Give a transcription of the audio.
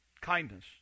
Kindness